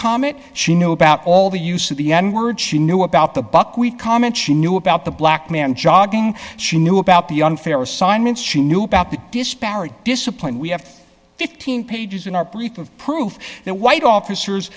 comment she knew about all the use of the n word she knew about the buckwheat comment she knew about the black man jogging she knew about the unfair assignments she knew about the disparity discipline we have fifteen pages in our brief of proof that white officers